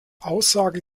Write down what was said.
aussage